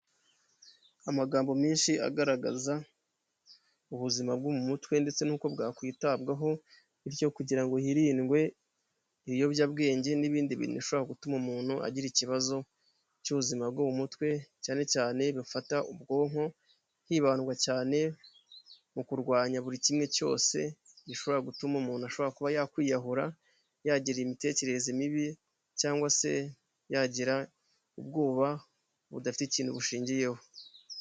Amagambo menshi agaragaza ubuzima bwo mu mutwe ndetse n'uko bwakwitabwaho bityo kugira ngo hirindwe ibiyobyabwenge n'ibindi bintu bishobora gutuma umuntu agira ikibazo cy'ubuzima bwo mu mutwe cyane cyane bifata ubwonko, hibandwa cyane mu kurwanya buri kimwe cyose gishobora gutuma umuntu ashobora kuba yakwiyahura, yagira imitekerereze mibi, cyangwa se yagira ubwoba budafite ikintu bushingiyeho.